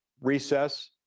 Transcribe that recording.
recess